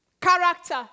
Character